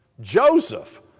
Joseph